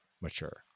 mature